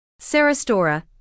sarastora